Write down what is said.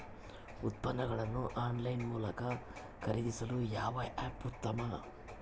ಉತ್ಪನ್ನಗಳನ್ನು ಆನ್ಲೈನ್ ಮೂಲಕ ಖರೇದಿಸಲು ಯಾವ ಆ್ಯಪ್ ಉತ್ತಮ?